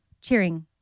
cheering